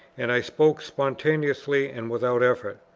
and i spoke spontaneously and without effort.